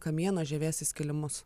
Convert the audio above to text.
kamieno žievės įskilimus